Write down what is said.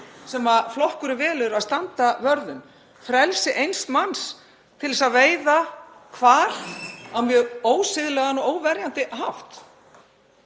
sem flokkurinn velur að standa vörð um. Frelsi eins manns til að veiða hval á mjög ósiðlegan og óverjandi hátt.